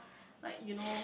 like you know